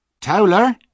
Towler